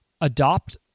adopt